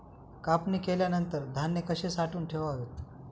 कापणी केल्यानंतर धान्य कसे साठवून ठेवावे?